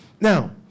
now